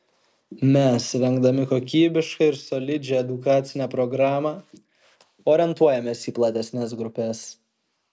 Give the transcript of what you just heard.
mes rengdami kokybišką ir solidžią edukacinę programą orientuojamės į platesnes grupes